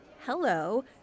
Hello